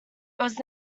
was